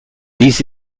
dies